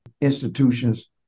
institutions